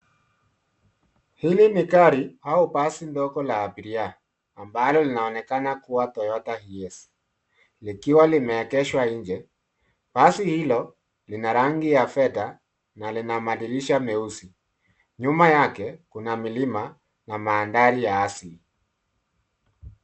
Hili ni gari au basi ndogo la abiria ambalo linaonekana kuwa Toyota Heiss . Likiwa limeegeshwa nje. Basi hilo lina rangi ya fedha na lina madirisha meusi, Nyuma yake kuna milima na mandhari ya asili.